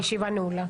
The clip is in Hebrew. הישיבה נעולה.